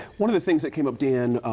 one of the things that came up, dan,